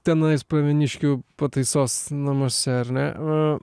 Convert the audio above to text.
tenai pravieniškių pataisos namuose ar ne